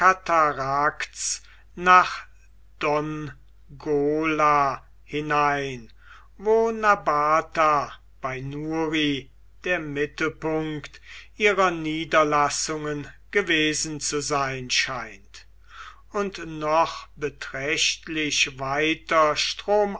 nach dongola hinein wo nabata bei nri der mittelpunkt ihrer niederlassungen gewesen zu sein scheint und noch beträchtlich weiter